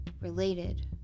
related